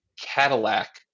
Cadillac